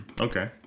Okay